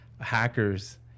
hackers